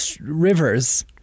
rivers